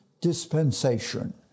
dispensation